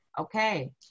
okay